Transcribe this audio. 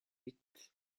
huit